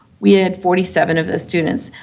we had forty seven of those students.